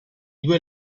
due